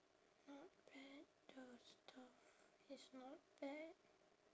not bad the stuff is not bad